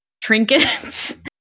trinkets